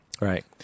Right